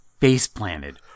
face-planted